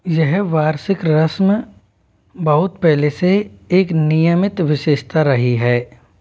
यह वार्षिक रस्म बहुत पहले से एक नियमित विशेषता रही है